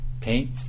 paint